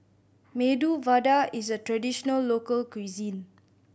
Medu Vada is a traditional local cuisine